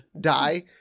die